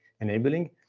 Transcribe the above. enabling